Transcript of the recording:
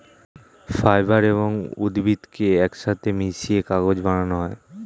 fibre এবং উদ্ভিদকে একসাথে মিশিয়ে কাগজ বানানো হয়